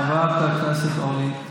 חברת הכנסת אורלי,